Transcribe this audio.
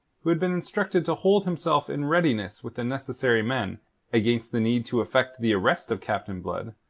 who had been instructed to hold himself in readiness with the necessary men against the need to effect the arrest of captain blood,